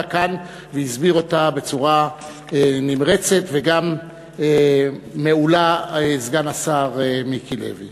כאן והסביר אותה בצורה נמרצת וגם מעולה סגן השר מיקי לוי.